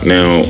Now